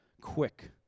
quick